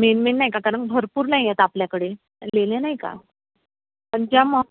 main main नाही का कारण भरपूर नाही आहेत आपल्याकडे लेणे नाही का पण ज्या म